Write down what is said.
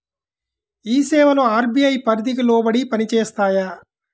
ఈ సేవలు అర్.బీ.ఐ పరిధికి లోబడి పని చేస్తాయా?